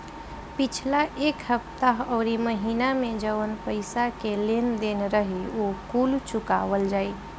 पिछला एक हफ्ता अउरी महीना में जवन पईसा के लेन देन रही उ कुल चुकावल जाई